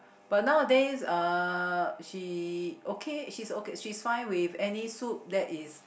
but nowadays uh she okay she's okay she's fine with any soup that is